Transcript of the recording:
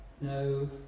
no